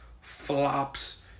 flops